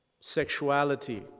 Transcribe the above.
sexuality